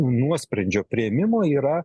nuosprendžio priėmimo yra